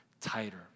tighter